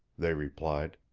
they replied.